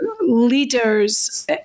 leaders